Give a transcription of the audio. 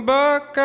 back